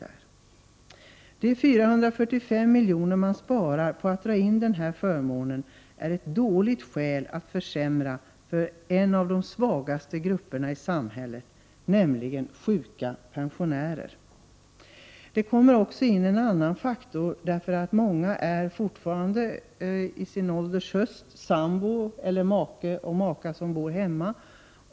Det faktum att 445 miljoner sparas genom att denna förmån dras in är ett dåligt skäl för att försämra för en av de svagaste grupperna i samhället, nämligen sjuka pensionärer. Det kommer också in en annan faktor, nämligen att många på sin ålders höst fortfarande har en sambo eller maka/make som bor hemma.